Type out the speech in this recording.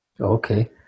Okay